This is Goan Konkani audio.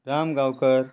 राम गांवकर